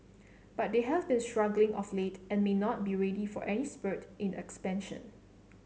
but they have been struggling of late and may not be ready for any spurt in expansion